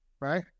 right